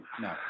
no